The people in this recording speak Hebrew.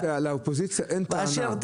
האופוזיציה.